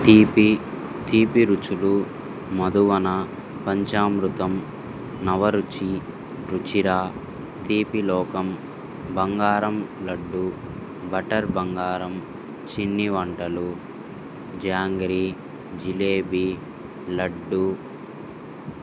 తీపి తీపి రుచులు మధువన పంచామృతం నవరుచి రుచిరా తీపి లోకం బంగారం లడ్డు బటర్ బంగారం చిన్ని వంటలు జాంగ్రీ జిలేబీ లడ్డు